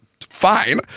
fine